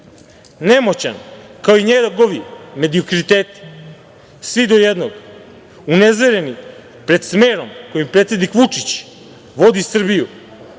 Nemoćan, kao i njegovi mediokriteti, svi do jednog unezvereni pred smerom kojim predsednik Vučić vodi Srbiju,